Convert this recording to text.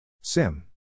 SIM